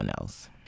else